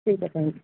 ٹھیک ہے thank you